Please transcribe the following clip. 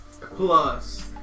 plus